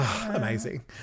Amazing